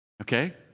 Okay